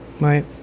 Right